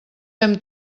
hem